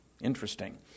Interesting